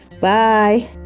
bye